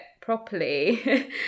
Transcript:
properly